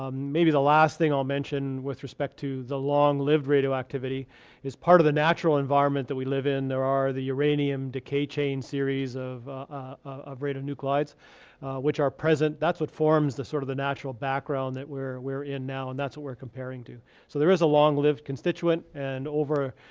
um maybe the last thing i'll mention with respect to the long lived radioactivity is part of the natural environment that we live in. there are the uranium decay chain series of of radionucliotides, which are present. that's what forms sort of the natural background that we're we're in now, and that's what we're comparing to. so there is a long lived constituent, and over,